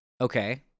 Okay